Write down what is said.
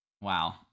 Wow